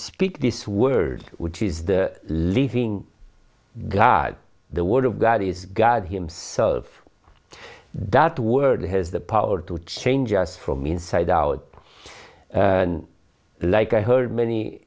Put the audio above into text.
speak this word which is the living god the word of god is god himself that word has the power to change us from inside out and like i heard many